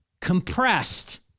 compressed